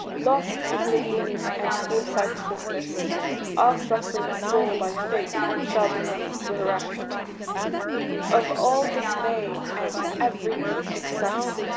lost in oblivion and foresightlessness our suffering sore by faith shall be bereft of all dismay, and every weak excess.